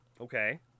okay